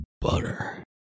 butter